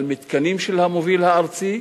על מתקנים של המוביל הארצי.